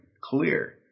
clear